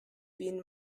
wir